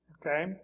Okay